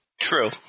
True